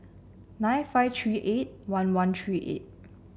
nine five three eight one one three eight